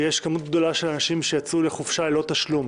ויש כמות גדולה של אנשים שיצאו לחופשה ללא תשלום,